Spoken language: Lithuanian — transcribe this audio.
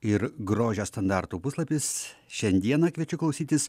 ir grožio standartų puslapis šiandieną kviečiu klausytis